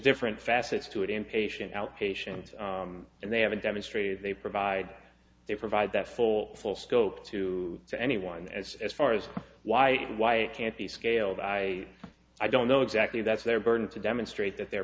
different facets to it in patient outpatient and they haven't demonstrated they provide they provide that full full scope to to anyone as as far as why why can't be scaled i i don't know exactly that's their burden to demonstrate that their